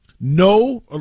No